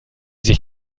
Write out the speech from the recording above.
sich